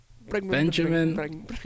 Benjamin